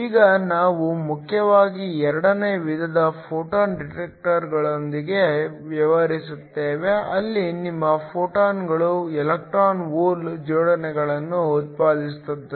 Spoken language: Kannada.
ಈಗ ನಾವು ಮುಖ್ಯವಾಗಿ ಎರಡನೇ ವಿಧದ ಫೋಟೋ ಡಿಟೆಕ್ಟರ್ಗಳೊಂದಿಗೆ ವ್ಯವಹರಿಸುತ್ತೇವೆ ಅಲ್ಲಿ ನಿಮ್ಮ ಫೋಟಾನ್ಗಳು ಎಲೆಕ್ಟ್ರಾನ್ ಹೋಲ್ ಜೋಡಿಗಳನ್ನು ಉತ್ಪಾದಿಸುತ್ತವೆ